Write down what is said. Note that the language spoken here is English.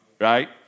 right